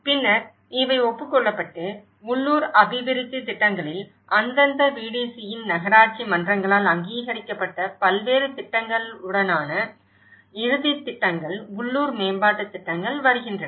பின்னர் இவை ஒப்புக் கொள்ளப்பட்டு உள்ளூர் அபிவிருத்தித் திட்டங்களில் அந்தந்த VDCயின் நகராட்சி மன்றங்களால் அங்கீகரிக்கப்பட்ட பல்வேறு திட்டங்களுடனான இறுதித் திட்டங்கள் உள்ளூர் மேம்பாட்டுத் திட்டங்கள் வருகின்றன